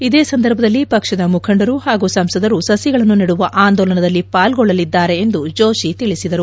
ಇದೇ ಸಂದರ್ಭದಲ್ಲಿ ಪಕ್ಷದ ಮುಖಂಡರು ಹಾಗೂ ಸಂಸದರು ಸಸಿಗಳನ್ನು ನೆಡುವ ಆಂದೋಲನದಲ್ಲಿ ಪಾಲ್ಲೊಳ್ಳಲಿದ್ದಾರೆ ಎಂದು ಜೋಷಿ ತಿಳಿಸಿದರು